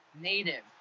native